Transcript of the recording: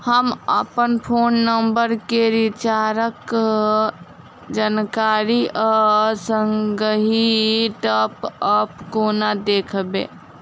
हम अप्पन phone number केँ रिचार्जक जानकारी आ संगहि टॉप अप कोना देखबै?